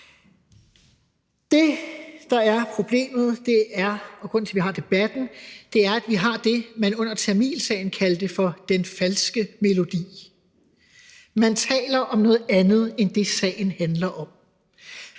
Det, der er problemet, og grunden til, at vi har debatten, er, at vi har det, man under tamilsagen kaldte for den falske melodi, hvor man taler om noget andet end det, sagen handler om.